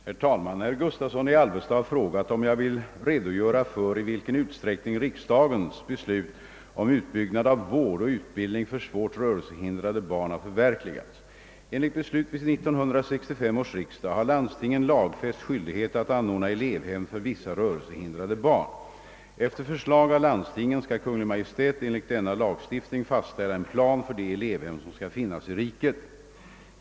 Herr talman! Herr Gustavsson i Alvesta har frågat om jag vill redogöra för i vilken utsträckning riksdagens beslut om utbyggnad av vård och utbildning för svårt rörelsehindrade barn har förverkligats. Enligt beslut vid 1965 års riksdag har landstingen lagfäst skyldighet att anordna elevhem för vissa rörelsehindrade barn. Efter förslag av landstingen skall Kungl. Maj:t enligt denna lagstiftning fastställa en plan för de elevhem som skall finnas i riket.